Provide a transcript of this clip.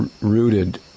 rooted